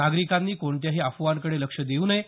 नागरिकांनी कोणत्याही अफवांकडे लक्ष देऊ नये